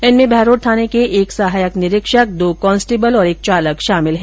इनमें बहरोड़ थाने के एक सहायक निरीक्षक दो कांस्टेबल और एक चालक शामिल हैं